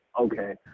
okay